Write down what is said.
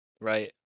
right